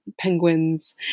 penguins